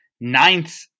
ninth